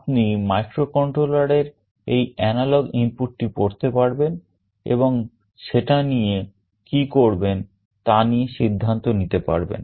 আপনি মাইক্রোকন্ট্রোলার এর এই এনালগ ইনপুটটি পড়তে পারবেন এবং সেটা নিয়ে কি করবেন তা নিয়ে সিদ্ধান্ত নিতে পারবেন